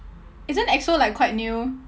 isn't exo like quite new